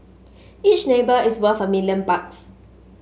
each neighbour is worth a million bucks